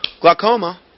glaucoma